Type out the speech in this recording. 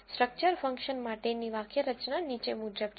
structure function માટેની વાક્યરચના નીચે મુજબ છે